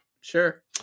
Sure